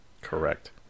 Correct